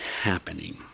happening